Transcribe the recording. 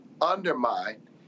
undermine